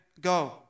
go